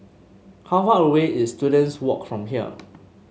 how far away is Students Walk from here